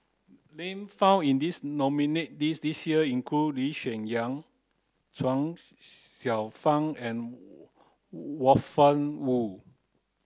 name found in this nominees' list this year include Lee Hsien Yang Chuang Xiao Fang and Were Woon